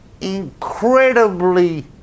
incredibly